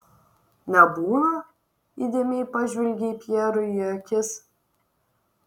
nebūna įdėmiai pažvelgei pjerui į akis